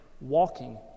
walking